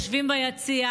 והם יושבים ביציע,